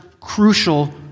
crucial